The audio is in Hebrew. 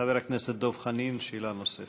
חבר הכנסת דב חנין, שאלה נוספת.